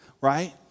right